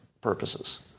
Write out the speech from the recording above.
purposes